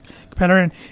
competitor